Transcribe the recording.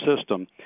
system